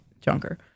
junker